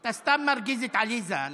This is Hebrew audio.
אתה סתם מרגיז את עליזה.